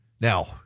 Now